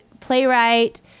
Playwright